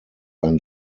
ein